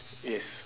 yes